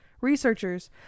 researchers